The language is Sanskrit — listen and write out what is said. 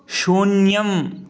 शून्यम्